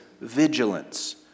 vigilance